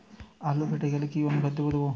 আলু ফেটে গেলে কি অনুখাদ্য দেবো?